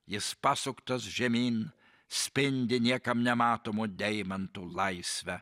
jis pasuktas žemyn spindi niekam nematomo deimanto laisvę